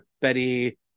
betty